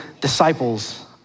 disciples